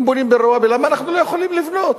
למה אנחנו לא יכולים לבנות?